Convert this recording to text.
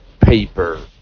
paper